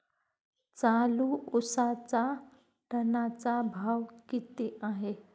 चालू उसाचा टनाचा भाव किती आहे?